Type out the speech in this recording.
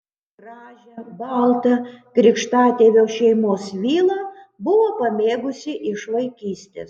gražią baltą krikštatėvio šeimos vilą buvo pamėgusi iš vaikystės